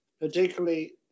particularly